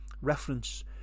reference